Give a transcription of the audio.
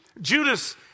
Judas